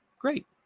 great